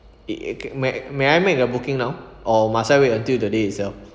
it may may I make a booking now or must I wait until the day itself